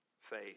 faith